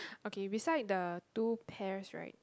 okay beside the two pairs right